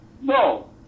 No